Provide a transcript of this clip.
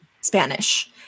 spanish